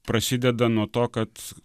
prasideda nuo to kad